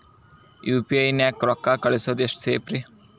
UPI ನ್ಯಾಗ ರೊಕ್ಕ ಕಳಿಸೋದು ಎಷ್ಟ ಸೇಫ್ ರೇ?